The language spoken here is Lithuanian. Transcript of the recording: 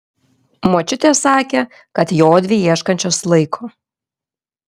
močiutė sakė kad jodvi ieškančios laiko